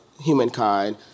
humankind